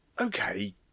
okay